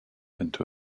into